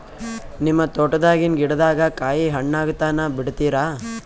ನಿಮ್ಮ ತೋಟದಾಗಿನ್ ಗಿಡದಾಗ ಕಾಯಿ ಹಣ್ಣಾಗ ತನಾ ಬಿಡತೀರ?